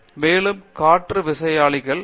R சக்ரவர்த்திமேலும் காற்று விசையாழிகள்